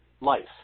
life